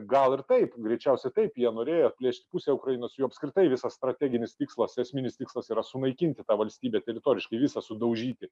gal ir taip greičiausiai taip jie norėjo atplėšt pusę ukrainos jų apskritai visas strateginis tikslas esminis tikslas yra sunaikinti tą valstybę teritoriškai visą sudaužyti